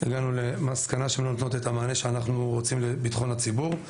והגענו למסקנה שהן לא נותנות את המענה שאנחנו רוצים לביטחון הציבור.